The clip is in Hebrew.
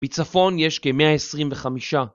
מצפון יש כ-125.